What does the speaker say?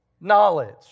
knowledge